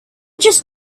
just